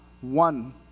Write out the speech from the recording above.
one